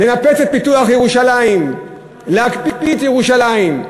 לנפץ את פיתוח ירושלים, להקפיא את ירושלים.